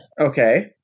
Okay